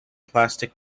plastic